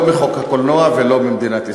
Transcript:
לא מחוק הקולנוע ולא ממדינת ישראל,